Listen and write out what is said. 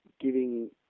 giving